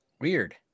Weird